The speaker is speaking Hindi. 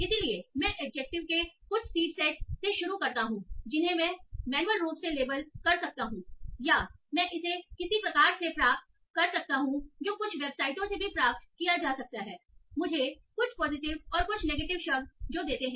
इसलिए मैं एडजेक्टिव के कुछ सीड सेट से शुरू करता हूं जिन्हें मैं मैन्युअल रूप से लेबल कर सकता हूं या मैं इसे किसी प्रकार से प्राप्त कर सकता हूं जो कुछ वेबसाइटों से भी प्राप्त किया जा सकता है जो मुझे कुछ पॉजिटिव और नेगेटिव एडजेक्टिव देते हैं